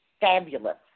fabulous